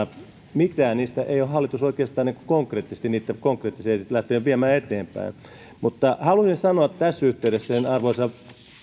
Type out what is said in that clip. mitään niistä ei ole hallitus oikeastaan konkreettisesti lähtenyt viemään eteenpäin mutta halusin sanoa tässä yhteydessä arvoisa